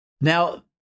Now